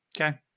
Okay